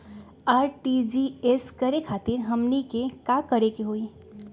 RTGS करे खातीर हमनी के का करे के हो ई?